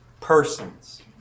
persons